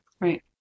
Right